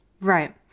Right